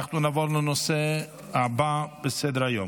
אנחנו נעבור לנושא הבא בסדר-היום.